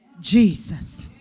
Jesus